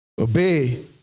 obey